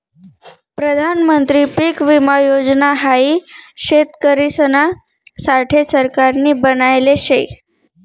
प्रधानमंत्री पीक विमा योजना हाई शेतकरिसना साठे सरकारनी बनायले शे